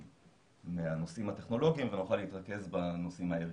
מהנושאים הטכנולוגיים ונוכל להתרכז בנושאים הערכיים.